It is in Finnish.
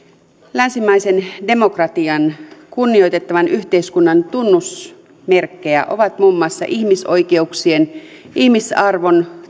länsimaisen demokratian kunnioitettavan yhteiskunnan tunnusmerkkejä ovat muun muassa ihmisoikeuksien ihmisarvon